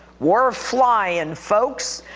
we're flying and folks.